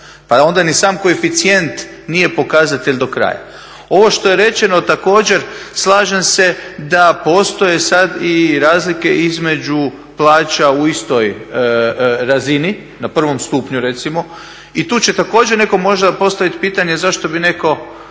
pa onda ni sam koeficijent nije pokazatelj do kraja. Ovo što je rečeno također slažem se da postoje sad i razlike između plaća u istoj razini na prvom stupnju recimo i tu će također možda netko postavit pitanje zašto bi netko